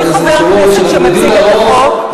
בלי חבר כנסת שמציג את החוק,